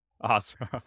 Awesome